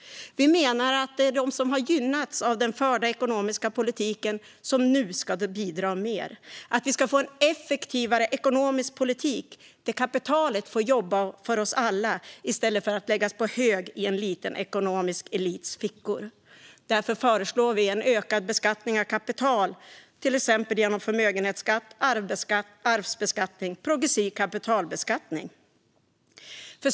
Vi menar att de som har gynnats av den förda ekonomiska politiken nu ska bidra mer - att vi ska få en effektivare ekonomisk politik där kapitalet får jobba för oss alla i stället för att läggas på hög i en liten ekonomisk elits fickor. Därför föreslår vi en ökad beskattning av kapital, till exempel genom förmögenhetsskatt, arvsbeskattning och progressiv kapitalbeskattning.